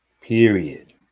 Period